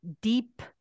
deep